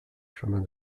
chemins